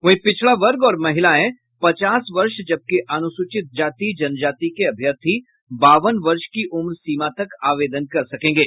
वहीं पिछड़ा वर्ग और महिलायें पचास वर्ष जबकि अनुसूचित जाति जनजाति के अभ्यर्थी बावन वर्ष की उम्र सीमा तक आवेदन कर सकेंगे